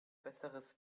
besseres